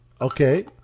okay